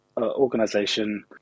organization